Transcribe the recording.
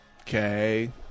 okay